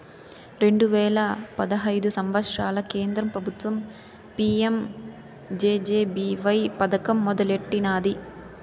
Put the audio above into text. రెండు వేల పదహైదు సంవత్సరంల కేంద్ర పెబుత్వం పీ.యం జె.జె.బీ.వై పదకం మొదలెట్టినాది